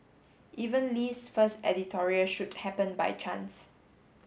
even Lee's first editorial shoot happened by chance